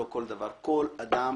כל אדם,